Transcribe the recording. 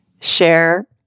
share